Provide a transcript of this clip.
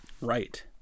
right